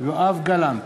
יואב גלנט,